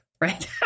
right